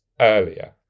earlier